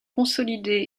consolider